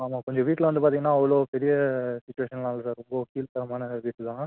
ஆமாம் கொஞ்சம் வீட்லாம் வந்து பார்த்திங்கன்னா அவ்வளோ பெரிய சுச்சுவேஷன்லாம் இல்லை சார் ரொம்ப கீழ்த்தனமான வீடு தான்